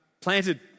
planted